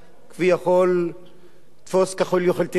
של תפוס ככל יכולתך.